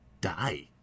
Die